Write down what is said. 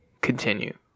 continue